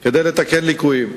לתקן ליקויים.